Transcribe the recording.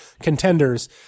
contenders